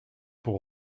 pour